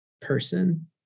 person